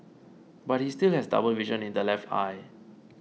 but he still has double vision in the left eye